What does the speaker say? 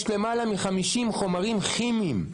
יש למעלה מ-50 חומרים כימיים,